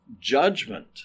judgment